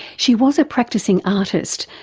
she was a practising artist,